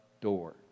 door